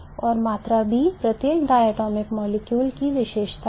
और मात्रा B प्रत्येक diatomic molecule की विशेषता है